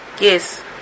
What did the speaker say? Yes